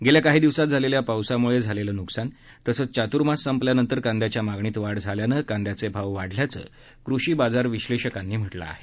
गेल्या काही दिवसात झालेल्या पावसामुळे झालेलं नुकसान तसंच चातुर्मास संपल्यानंतर कांद्याच्या मागणीत वाढ झाल्यानं कांद्याचे भाव वाढल्याचं कृषी बाजार विश्लेषकांनी म्हटलं आहे